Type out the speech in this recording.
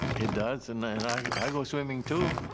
it does and i go swimming too.